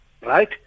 right